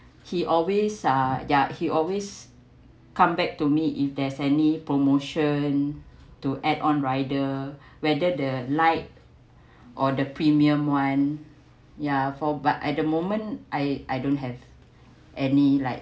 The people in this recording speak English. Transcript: he always uh ya he always come back to me if there's any promotion to add on rider whether the light or the premium one ya for but at the moment I I don't have any like